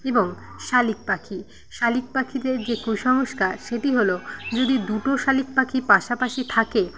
এবং শালিক পাখি শালিক পাখিদের যে কুসংস্কার সেটি হল যদি দুটো শালিক পাখি পাশাপাশি থাকে